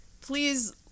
Please